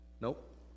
Nope